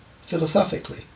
philosophically